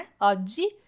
oggi